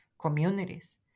communities